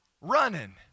running